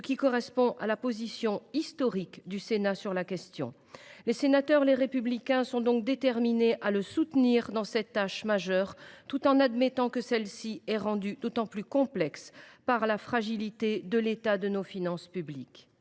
ce qui correspond à la position historique du Sénat sur la question. Les sénateurs du groupe Les Républicains sont déterminés à le soutenir dans cette tâche majeure, tout en admettant que celle ci est rendue particulièrement complexe par la fragilité de l’état de nos finances publiques.